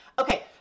Okay